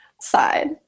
side